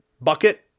bucket